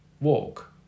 walk